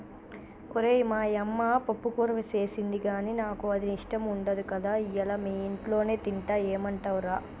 ఓరై మా యమ్మ పప్పుకూర సేసింది గానీ నాకు అది ఇష్టం ఉండదు కదా ఇయ్యల మీ ఇంట్లోనే తింటా ఏమంటవ్ రా